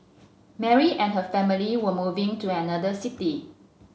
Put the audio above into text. Mary and her family were moving to another city